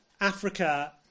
Africa